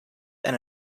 and